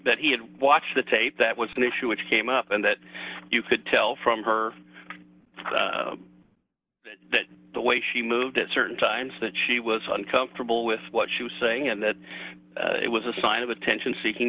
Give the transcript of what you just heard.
that he had watched the tape that was an issue which came up in that you could tell from her that the way she moved at certain times that she was uncomfortable with what she was saying and that it was a sign of attention seeking